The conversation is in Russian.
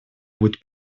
будет